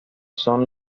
son